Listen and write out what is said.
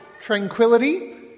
tranquility